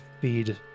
feed